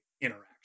interaction